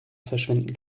verschwinden